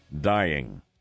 dying